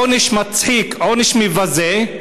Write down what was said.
עונש מצחיק, עונש מבזה.